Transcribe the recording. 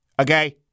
Okay